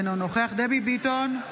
אינו נוכח דבי ביטון,